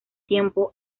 tiempo